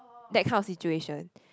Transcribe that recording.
that kind of situation